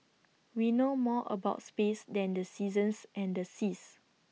we know more about space than the seasons and the seas